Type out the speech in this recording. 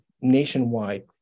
nationwide